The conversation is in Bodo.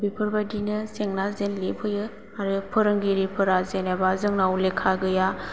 बेफोरबायदिनो जेंना जेंनि फैयो आरो फोरोंगिरिफोरा जेनोबा जोंनाव लेखा गैया